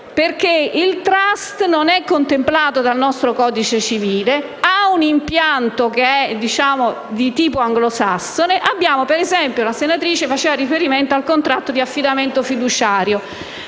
il *trust* non è contemplato dal nostro codice civile e ha un impianto di tipo anglosassone. La senatrice, ad esempio, faceva riferimento al contratto di affidamento fiduciario,